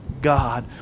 God